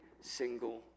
single